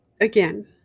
again